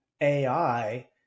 AI